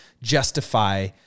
justify